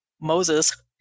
Moses